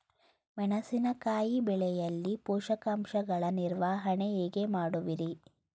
ಮೆಣಸಿನಕಾಯಿ ಬೆಳೆಯಲ್ಲಿ ಪೋಷಕಾಂಶಗಳ ನಿರ್ವಹಣೆ ಹೇಗೆ ಮಾಡುವಿರಿ?